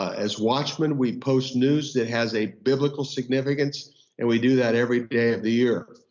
as watchmen we post news that has a biblical significance and we do that every day of the year.